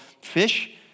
fish